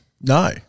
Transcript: no